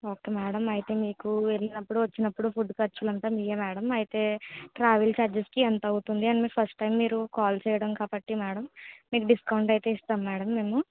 okay madam అయితే మీకు వెళ్ళినప్పుడు వచ్చినప్పుడు ఫుడ్ ఖర్చులు అంతా మీవే మేడం అయితే ట్రావెల్ చార్జెస్కి ఎంత అవుతుంది అని మీరు ఫస్ట్ టైం మీరు కాల్ చేయడం కాబట్టి మేడం మీకు డిస్కౌంట్ అయితే ఇస్తాము మేడం మేము